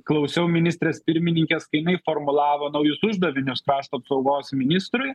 klausiau ministrės pirmininkės kai jinai formulavo naujus uždavinius krašto apsaugos ministrui